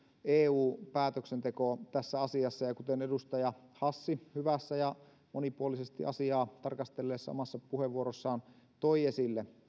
eu päätöksenteko tässä asiassa kuten edustaja hassi hyvässä ja monipuolisesti asiaa tarkastelleessa omassa puheenvuorossaan toi esille